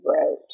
wrote